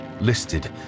listed